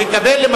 לקבל,